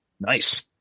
Nice